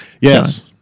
Yes